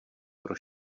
pro